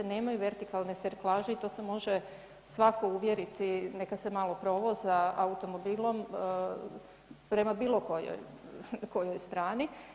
Nemaju vertikalne serklaže i to se može svatko uvjeriti neka se malo provoza automobilom prema bilo kojoj strani.